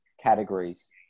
categories